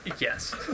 Yes